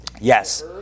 Yes